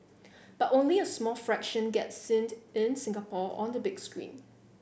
but only a small fraction get seen in Singapore on the big screen